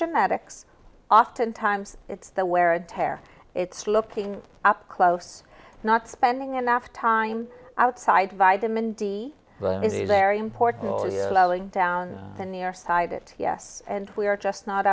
genetics oftentimes it's the wear and tear it's looking up close not spending enough time outside vitamin d it's a very important slowing down the near sighted yes and we are just not